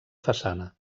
façana